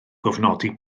gofnodi